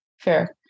Fair